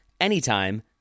anytime